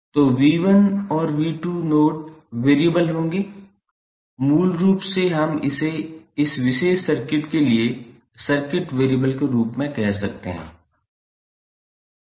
तो 𝑉1 और 𝑉2 node variable होंगे मूल रूप से हम इसे इस विशेष सर्किट के लिए सर्किट वैरिएबल के रूप में कह सकते हैं